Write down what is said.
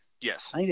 Yes